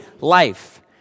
life